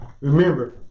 Remember